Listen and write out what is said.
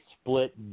split